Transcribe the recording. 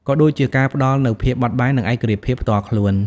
ក៏ដូចជាការផ្ដល់នូវភាពបត់បែន និងឯករាជ្យភាពផ្ទាល់ខ្លួន។